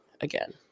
again